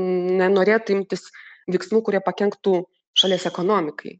nenorėtų imtis veiksmų kurie pakenktų šalies ekonomikai